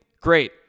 Great